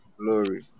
glory